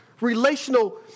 relational